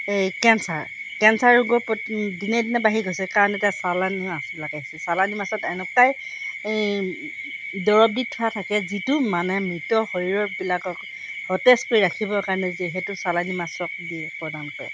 এই cancer cancer ৰোগৰ দিনে দিনে বাঢ়ি গৈছে কাৰণ এতিয়া চালানি মাছবিলাক আহিছে চালানি মাছত এনেকুৱা এই দৰৱ দি থোৱা থাকে যিটো মানে মৃত শৰীৰবিলাকক সতেজ কৰি ৰাখিবৰ কাৰণে যে সেইটো চালানী মাছক দি প্ৰদান কৰে